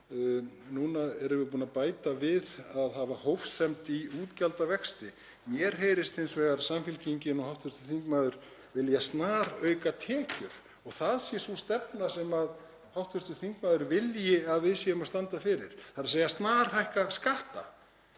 Núna erum við búin að bæta því við að hafa hófsemd í útgjaldavexti. Mér heyrist hins vegar Samfylkingin og hv. þingmaður vilja snarauka tekjur, það sé sú stefna sem hv. þingmaður vilji að við séum að standa fyrir, þ.e. snarhækka skatta.